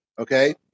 Okay